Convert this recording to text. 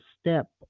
step